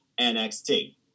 NXT